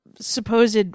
supposed